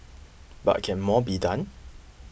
but can more be done